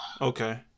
Okay